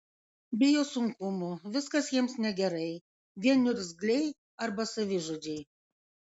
bijo sunkumų viskas jiems negerai vien niurzgliai arba savižudžiai